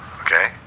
Okay